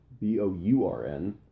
B-O-U-R-N